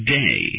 day